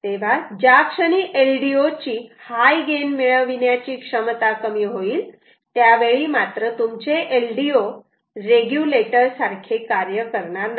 तेव्हा ज्या क्षणी LDO ची हाय गेन मिळविण्याची क्षमता कमी होईल त्यावेळी तुमचे LDO रेग्युलेटर सारखे कार्य करणार नाही